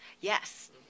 Yes